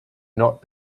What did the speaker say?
not